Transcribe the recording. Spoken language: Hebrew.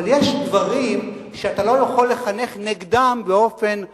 אבל יש דברים שאתה לא יכול לחנך נגדם באופן מובהק.